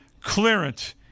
clearance